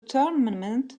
tournament